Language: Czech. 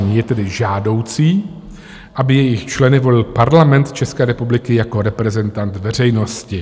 Je tedy žádoucí, aby jejich členy volil Parlament České republiky jako reprezentant veřejnosti.